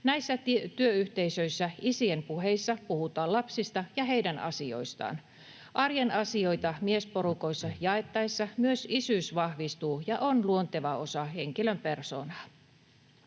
Näissä työyhteisöissä isien puheissa puhutaan lapsista ja heidän asioistaan. Arjen asioita miesporukoissa jaettaessa myös isyys vahvistuu ja on luonteva osa henkilön persoonaa.